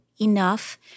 Enough